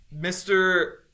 Mr